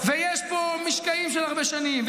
ויש פה משקעים של הרבה שנים,